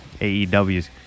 AEWs